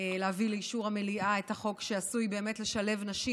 להביא לאישור המליאה את החוק שעשוי באמת לשלב נשים